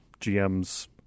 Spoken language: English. GM's